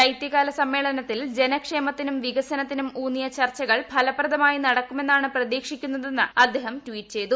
ശൈത്യകാല സമ്മേളനത്തിൽ ജനക്ഷേമത്തിലും വികസനത്തിലും ഉൌന്നിയ ചർച്ചകൾ ഫലപ്രദമായി നടക്കുമെന്നാണ് പ്രതീക്ഷിക്കുന്നതെന്ന് അദ്ദേഹം ടിറ്റ് ചെയ്തു